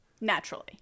Naturally